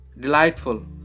Delightful